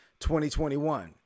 2021